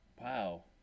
Wow